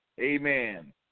amen